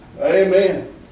Amen